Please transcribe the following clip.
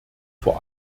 vor